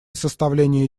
составлении